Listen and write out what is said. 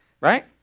Right